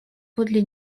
подле